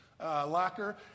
Locker